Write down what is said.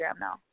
now